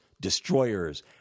destroyers